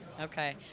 Okay